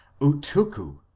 utuku